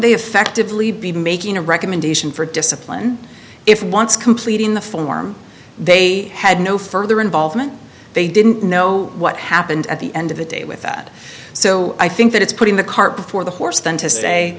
they effectively be making a recommendation for discipline if it wants completing the form they had no further involvement they didn't know what happened at the end of the day with that so i think that it's putting the cart before the horse than to